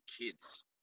kids